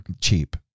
cheap